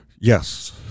Yes